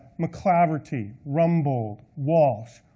mclaverty, rumbold, walsh,